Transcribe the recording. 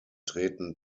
treten